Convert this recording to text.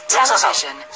television